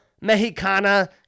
Mexicana